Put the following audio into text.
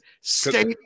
state